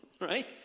right